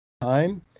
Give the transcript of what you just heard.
time